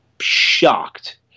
shocked